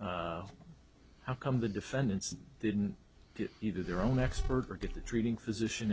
how come the defendants didn't get you to their own expert or get the treating physician